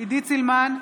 עידית סילמן,